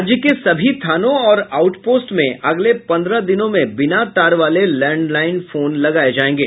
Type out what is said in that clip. राज्य के सभी थानों और आउट पोस्ट में अगले पन्द्रह दिनों में बिना तार वाले लैंडलाईन फोन लगाये जायेंगे